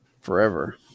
forever